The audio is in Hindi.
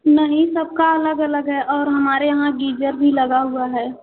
नहीं सब का अलग अलग है और हमारे यहाँ गीजर भी लगा हुआ है